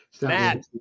Matt